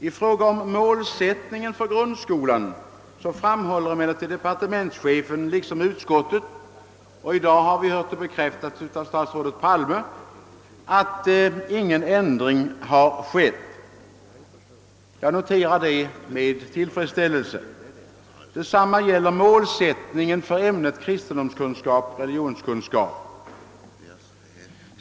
I fråga om målsättningen för grundskolan framhåller emellertid departementschefen liksom statsutskottet — och i dag har vi hört det bekräftas av statsrådet Palme — att ingen ändring har skett. Jag noterar detta med tillfredsställelse. Detsamma gäller målsättningen för ämnet kristendomskunskap religionskunskap.